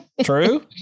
True